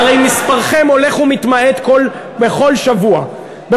הרי מספרכם הולך ומתמעט בכל שבוע,